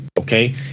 Okay